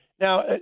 Now